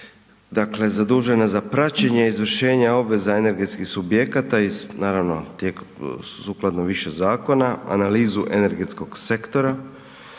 zadužena je za praćenje, izvršenje obveza energetskih subjekata i sukladno više zakona analizu energetskog sektora,